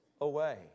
away